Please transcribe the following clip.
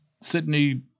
Sydney